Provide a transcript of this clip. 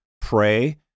pray